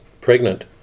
pregnant